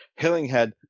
Hillinghead